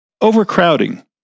Overcrowding